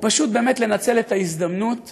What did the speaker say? או פשוט באמת לנצל את ההזדמנות